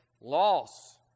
loss